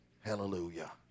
Hallelujah